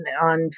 on